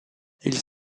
ils